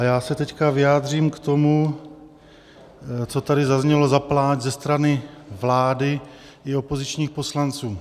A já se teď vyjádřím k tomu, co tady zaznělo za pláč ze strany vlády i opozičních poslanců.